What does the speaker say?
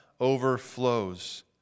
overflows